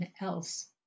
else